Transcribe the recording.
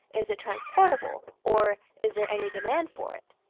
is it transportable? or is there any demand for it?